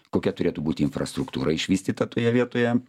kokia turėtų būti infrastruktūra išvystyta toje vietoje